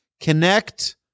Connect